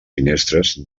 finestres